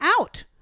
out